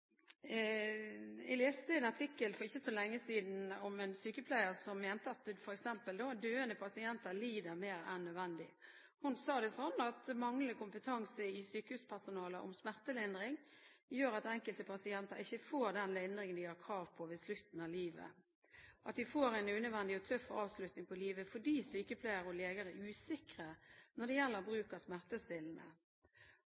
jeg en artikkel om en sykepleier som mente at f.eks. døende pasienter lider mer enn nødvendig. Hun sa det sånn: Manglende kompetanse hos sykehuspersonalet om smertelindring gjør at enkelte pasienter ikke får den lindringen de har krav på ved slutten av livet. De får en unødvendig og tøff avslutning på livet, fordi sykepleiere og leger er usikre når det gjelder